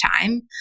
time